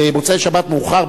במוצאי-שבת מאוחר,